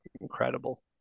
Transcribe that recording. incredible